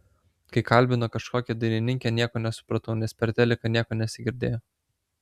kai kalbino kažkokią dainininkę nieko nesupratau nes per teliką nieko nesigirdėjo